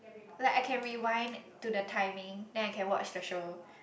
like I can rewind to the timing then I can watch the show